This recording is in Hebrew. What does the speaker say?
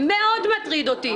וזה מאוד מטריד אותי,